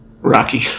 Rocky